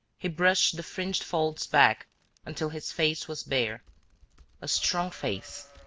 he brushed the fringed folds back until his face was bare a strong face,